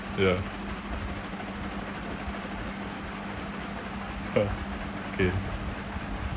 ya okay